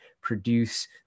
produce